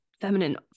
feminine